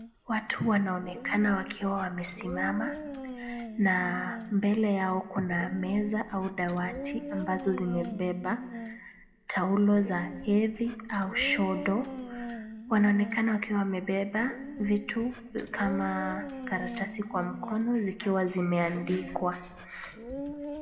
Watu wanaoekana wakiwa wamesimama na mbele yao kuna meza au dawati ambazo zimebeba taulo za hedhi au sodo . Wanaonekana wakiwa wamebeba vitu kama karatasi kwa mkono zikiwa zimeandikwa.